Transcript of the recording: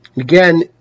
Again